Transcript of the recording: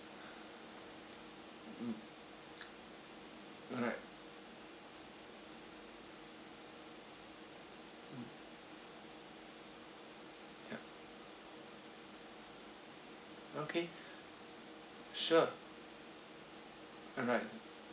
mm alright mm ya okay sure alright